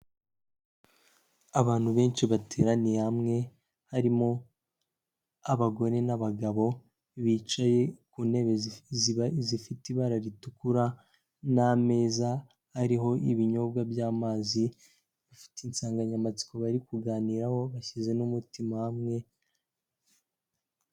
Abantu benshi bateraniye hamwe, harimo abagore n'abagabo bicaye ku ntebeba ziba zifite ibara ritukura n'ameza ariho ibinyobwa by'amazi, bafite insanganyamatsiko bari kuganiraho, bashyize n'umutima hamwe.